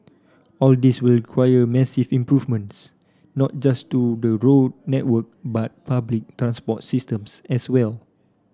all this will require massive improvements not just to the road network but public transport systems as well